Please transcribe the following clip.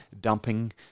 dumping